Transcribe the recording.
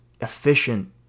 efficient